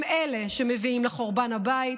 הם אלה שמביאים לחורבן הבית,